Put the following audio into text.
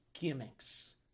gimmicks